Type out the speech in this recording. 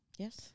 Yes